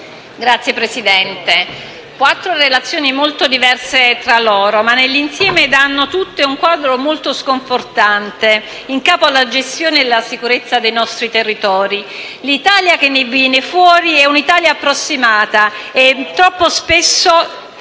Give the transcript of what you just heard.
all'esame quattro relazioni molto diverse tra loro che, nell'insieme, danno però tutte un quadro molto sconfortante della gestione e della sicurezza dei nostri territori. L'Italia che ne viene fuori è un'Italia approssimata e troppo spesso